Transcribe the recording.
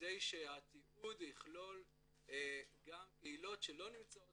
כדי שהתיעוד יכלול גם קהילות שלא נמצאות